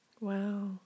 Wow